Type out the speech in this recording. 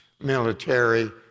military